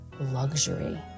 luxury